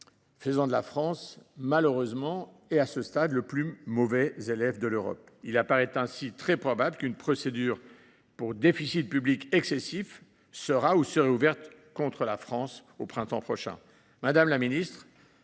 finances. La France est malheureusement à ce stade le plus mauvais élève de l’Europe. Il apparaît ainsi très probable qu’une procédure pour déficit public excessif sera – ou serait – ouverte contre la France au printemps prochain.